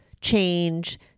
change